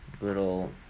little